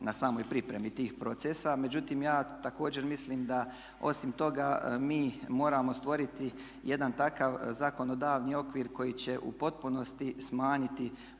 na samoj pripremi tih procesa. Međutim ja također mislim da osim toga mi moramo stvoriti jedan takav zakonodavni okvir koji će u potpunosti smanjiti